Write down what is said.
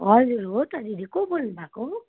हजुर हो त दिदी को बोल्नु भएको